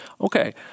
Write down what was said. okay